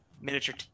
miniature